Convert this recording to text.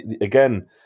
again